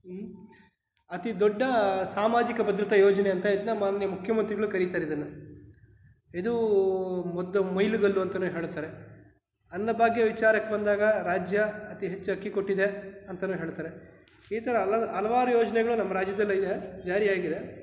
ಅತಿ ದೊಡ್ಡ ಸಾಮಾಜಿಕ ಭದ್ರತಾ ಯೋಜನೆ ಅಂತ ಇದನ್ನ ಮಾನ್ಯ ಮುಖ್ಯಮಂತ್ರಿಗಳು ಕರಿತಾರಿದನ್ನು ಇದು ಒಂದು ಮೈಲುಗಲ್ಲು ಅಂತಲೂ ಹೇಳ್ತಾರೆ ಅನ್ನಭಾಗ್ಯ ವಿಚಾರಕ್ಕೆ ಬಂದಾಗ ರಾಜ್ಯ ಅತಿ ಹೆಚ್ಚು ಅಕ್ಕಿ ಕೊಟ್ಟಿದೆ ಅಂತಲೂ ಹೇಳ್ತಾರೆ ಈ ಥರ ಹಲ ಹಲವಾರು ಯೋಜನೆಗಳು ನಮ್ಮ ರಾಜ್ಯದಲ್ಲಿದೆ ಜಾರಿಯಾಗಿದೆ